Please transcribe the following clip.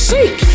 Seek